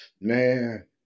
Man